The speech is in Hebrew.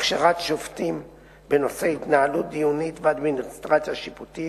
הכשרת שופטים בנושאי התנהלות דיונית ואדמיניסטרציה שיפוטית,